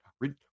Read